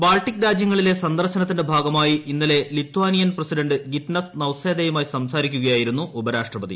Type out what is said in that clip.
Baltic രാജ്യങ്ങളിലെ സന്ദർശനത്തിന്റെ ഭാഗമായി ഇന്നലെ ലിത്വാനിയൻ പ്രസിഡന്റ് ഗിറ്റനസ് നൌസേദയുമായി സംസാരിക്കുകയായിരുന്നു ഉപരാഷ്ട്രപതി